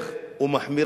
אין יותר חמור